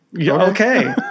okay